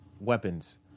weapons